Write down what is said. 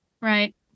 Right